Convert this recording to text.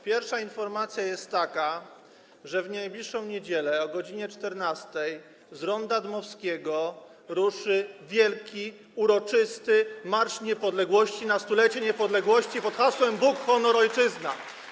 Pierwsza informacja jest taka, że w najbliższą niedzielę o godz. 14 z ronda Dmowskiego ruszy wielki, uroczysty Marsz Niepodległości na 100-lecie niepodległości pod hasłem „Bóg, honor, ojczyzna”